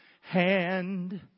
hand